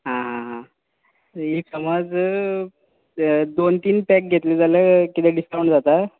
आ आ आ एक समज दोन तीन पॅक घेतले जाल्यार किदें डिसकावण जाता